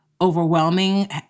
overwhelming